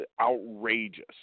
outrageous